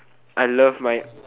I love my